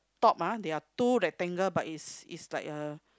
top ah they are two rectangle but is is like a